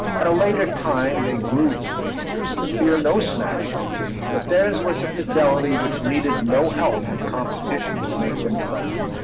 at a later time they grew, poor dears, to fear no snatching but theirs was a fidelity which needed no help from competition to make them proud.